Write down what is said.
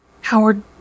Howard